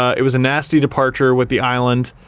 it was a nasty departure with the island,